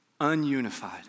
ununified